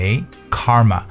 K-A-R-M-A